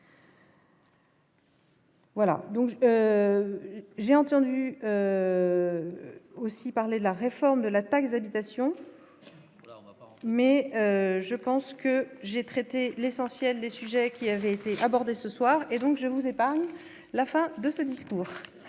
Voilà, donc j'ai entendu aussi parler de la réforme de la taxe d'habitation, mais je pense que j'ai traité l'essentiel des sujets qui avaient été abordés ce soir, et donc je vous épargne la fin de ce discours.